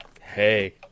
Hey